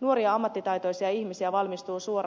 nuoria ammattitaitoisia ihmisiä valmistuu suoraan kortistoon